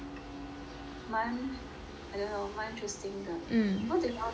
蛮 I don't know 蛮 interesting 的 what do you all think